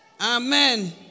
Amen